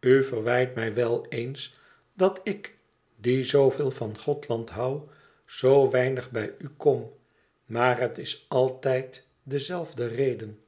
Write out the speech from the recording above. u verwijt mij wel eens dat ik die zooveel van gothland hoû zoo weinig bij u kom maar het is altijd de zelfde reden